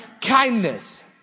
Kindness